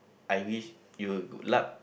I wish you good luck